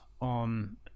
on